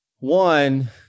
One